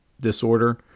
Disorder